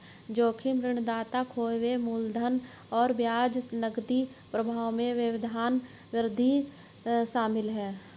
जोखिम ऋणदाता खोए हुए मूलधन और ब्याज नकदी प्रवाह में व्यवधान में वृद्धि शामिल है